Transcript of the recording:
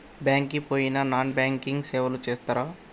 Bank కి పోయిన non banking సేవలు చేస్తరా?